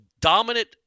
dominant